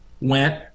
went